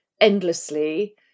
endlessly